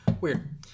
Weird